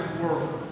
world